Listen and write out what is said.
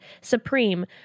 Supreme